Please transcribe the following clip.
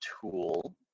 tool